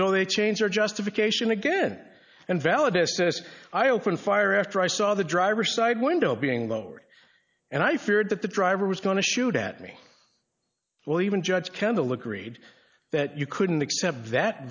so they change their justification again and valid s s i opened fire after i saw the driver side window being lowered and i feared that the driver was going to shoot at me well even judge kendall agreed that you couldn't accept that